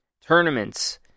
tournaments